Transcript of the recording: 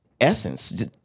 essence